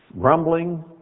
grumbling